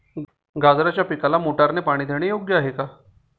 गाजराच्या पिकाला मोटारने पाणी देणे योग्य आहे का?